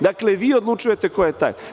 Dakle, vi odlučujete ko je taj.